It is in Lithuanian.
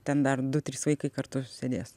ten dar du trys vaikai kartu sėdės